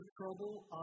trouble